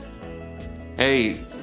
hey